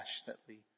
passionately